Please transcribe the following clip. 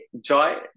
joy